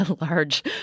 large